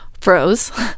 froze